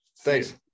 Thanks